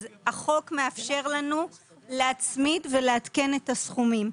החוק מאפשר לנו להצמיד ולעדכן את הסכומים.